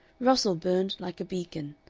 russell burned like a beacon,